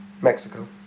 Mexico